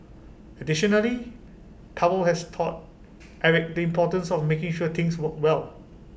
additionally towel has taught Eric the importance of making sure things worked well